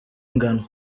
ingano